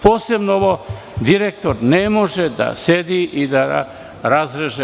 posebno ovo – direktor ne može da sedi i da razreže.